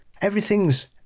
everything's